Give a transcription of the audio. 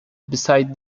besides